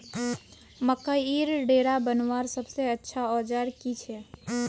मकईर डेरा बनवार सबसे अच्छा औजार की छे?